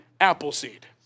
Appleseed